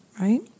right